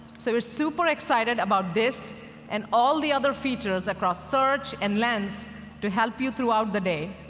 so we're super excited about this and all the other features across search and lens to help you throughout the day.